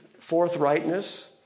forthrightness